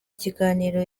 kiganiro